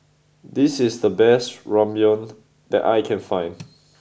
this is the best Ramyeon that I can find